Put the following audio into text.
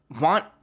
want